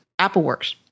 AppleWorks